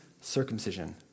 circumcision